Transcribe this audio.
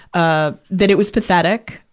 ah, that it was pathetic,